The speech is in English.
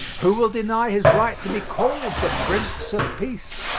who will deny his right to be called the prince of peace?